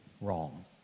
wrong